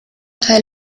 teil